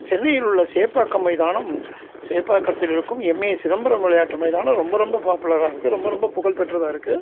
சென்னையில் உள்ள சேப்பாக்கம் மைதானம் சேப்பாக்கத்தில் இருக்கும் எம்ஏ சிதம்பரம் விளையாட்டு மைதானம் ரொம்ப ரொம்ப பாப்புலராக இருக்குது ரொம்ப ரொம்ப புகழ்பெற்றதாக இருக்குது